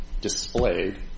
displayed